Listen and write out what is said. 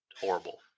horrible